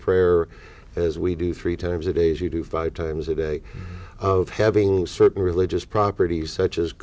prayer as we do three times a day three to five times a day of having certain religious property such as